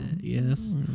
Yes